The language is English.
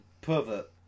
pervert